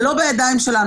זה לא בידיים שלנו.